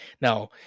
Now